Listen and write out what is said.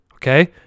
Okay